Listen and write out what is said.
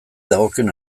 dagokion